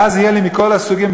ואז יהיה לי מכל הסוגים,